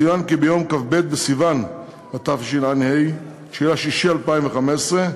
יצוין כי ביום כ"ב בסיוון התשע"ה, 9 ביוני 2015,